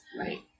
Right